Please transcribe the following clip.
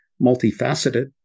multifaceted